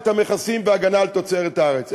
את המכסים וההגנה על תוצרת הארץ.